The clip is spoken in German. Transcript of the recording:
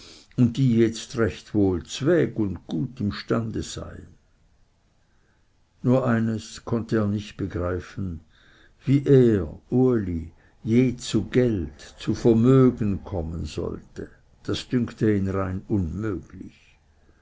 und die jetzt recht wohl zweg und gut im stande seien nur eines konnte er nicht begreifen wie er uli je zu geld zu vermögen kommen sollte das dünkte ihn rein unmöglich